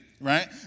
right